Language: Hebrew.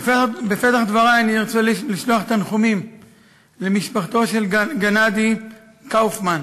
בפתח דברי אני ארצה לשלוח תנחומים למשפחתו של גנדי קופמן,